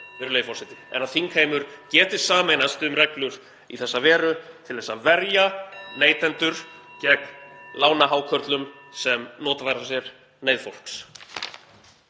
en að þingheimur geti sameinast um reglur í þessa veru til að verja neytendur gegn lánahákörlum sem notfæra sér neyð fólks.